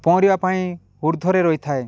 ପହଁରିବା ପାଇଁ ଉର୍ଦ୍ଧରେ ରହିଥାଏ